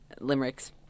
limericks